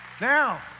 Now